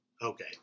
Okay